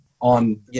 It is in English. on